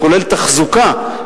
שכולל תחזוקה,